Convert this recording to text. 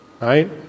right